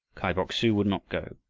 kai bok-su would not go.